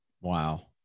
Wow